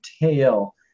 tail